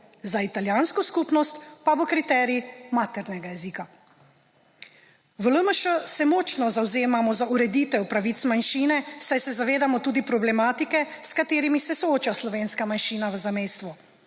Za italijansko skupnost pa bo kriterij maternega jezika. V LMŠ se močno zavzemamo za ureditev pravic manjšine, saj se zavedamo tudi problematik, s katerimi se sooča slovenska manjšina v zamejstvu.